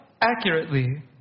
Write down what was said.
accurately